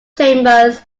chambers